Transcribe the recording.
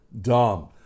Dumb